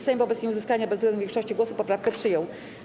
Sejm wobec nieuzyskania bezwzględnej większości głosów poprawkę przyjął.